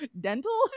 dental